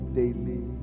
daily